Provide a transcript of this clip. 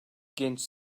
genç